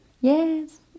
Yes